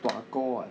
what ah what